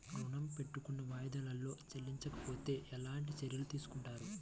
ఋణము పెట్టుకున్న వాయిదాలలో చెల్లించకపోతే ఎలాంటి చర్యలు తీసుకుంటారు?